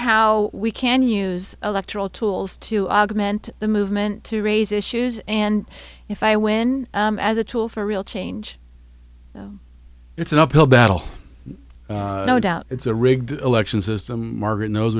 how we can use electoral tools to augment the movement to raise issues and if i win as a tool for real change it's an uphill battle no doubt it's a rigged election system margaret knows